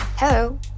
Hello